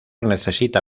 necesita